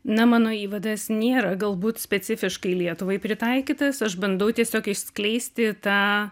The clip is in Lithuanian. na mano įvadas nėra galbūt specifiškai lietuvai pritaikytas aš bandau tiesiog išskleisti tą